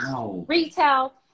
retail